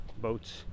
boats